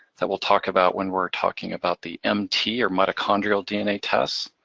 that we'll talk about when we're talking about the mt, or mitochondrial dna test.